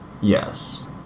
Yes